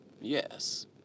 yes